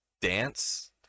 dance